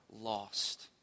lost